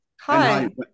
Hi